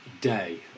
day